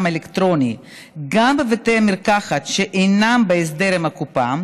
אלקטרוני גם בבתי מרקחת שאינם בהסדר עם הקופה,